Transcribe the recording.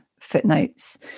footnotes